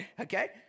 Okay